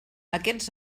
aquests